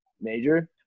major